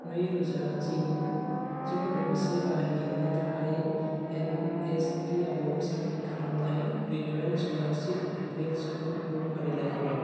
नै रोजा जिगुजों लोगोसे बाहायगिरिनि थाखाय एन एस पि आव साबमिट खालामनाय रिनिउवेल स्क'लारसिप एप्लिकेसनफोरखौ फारिलाइ खालाम